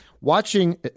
watching